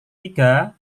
tiga